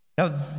Now